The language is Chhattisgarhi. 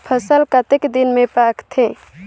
फसल कतेक दिन मे पाकथे?